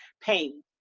pain